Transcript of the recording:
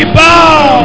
bow